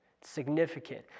Significant